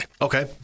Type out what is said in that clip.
Okay